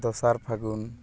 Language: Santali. ᱫᱚᱥᱟᱨ ᱯᱷᱟᱜᱩᱱ